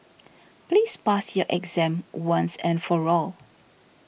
please pass your exam once and for all